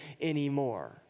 anymore